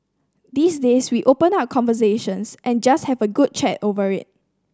these days we open up conversations and just have a good chat over it